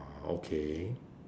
ah okay